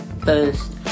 first